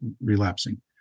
relapsing